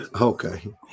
Okay